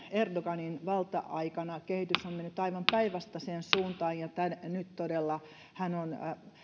erdoganin valta aikana kehitys on mennyt aivan päinvastaiseen suuntaan ja nyt todella hän on